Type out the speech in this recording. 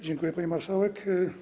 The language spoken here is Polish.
Dziękuję, pani marszałek.